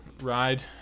ride